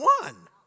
one